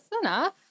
enough